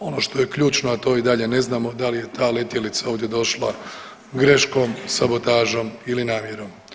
Ono što je ključno, a to i dalje ne znamo da li je ta letjelica ovdje došla greškom, sabotažom ili namjerom.